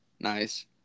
Nice